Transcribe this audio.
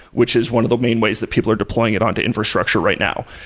which is one of the main ways that people are deploying it on to infrastructure right now,